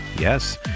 yes